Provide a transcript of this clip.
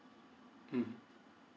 mm